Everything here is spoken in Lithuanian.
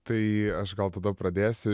tai aš gal tada pradėsiu